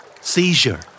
Seizure